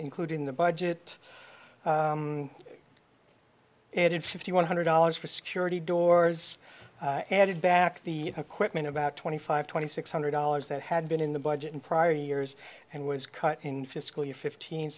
included in the budget added fifty one hundred dollars for security doors added back the equipment about twenty five twenty six hundred dollars that had been in the budget in prior years and was cut in fiscal year fifteen